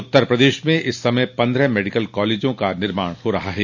उत्तर प्रदेश में इस समय पन्द्रह मेडिकल कॉलेजों का निर्माण हो रहा है